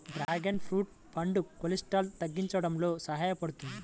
dragon fruit పండు కొలెస్ట్రాల్ను తగ్గించడంలో సహాయపడుతుంది